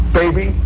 baby